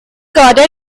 guarded